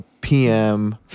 PM